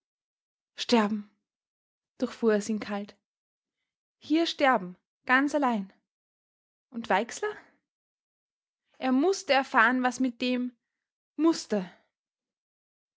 sterben durchfuhr es ihn kalt hier sterben ganz allein und weixler er mußte erfahren was mit dem mußte